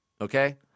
Okay